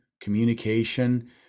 communication